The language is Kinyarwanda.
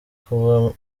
kuba